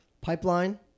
pipeline